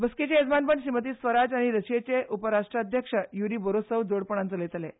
बसकेचे येजमानपण श्रीमती स्वराज आनी रशियेचे उपरराष्ट्राध्यक्ष यती बोरोसोव जोड पणान चलयतलीं